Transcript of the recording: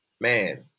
man